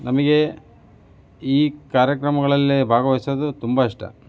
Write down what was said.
ನಮಗೆ ಈ ಕಾರ್ಯಕ್ರಮಗಳಲ್ಲಿ ಭಾಗವಹಿಸೋದು ತುಂಬ ಇಷ್ಟ